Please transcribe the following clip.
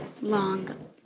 long